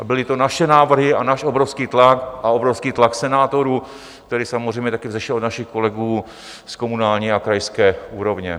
A byly to naše návrhy a náš obrovský tlak a obrovský tlak senátorů, který samozřejmě také vzešel od našich kolegů z komunální a krajské úrovně.